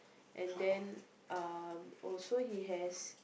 and then uh also he has